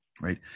Right